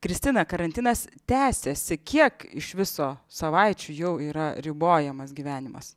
kristina karantinas tęsiasi kiek iš viso savaičių jau yra ribojamas gyvenimas